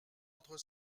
entre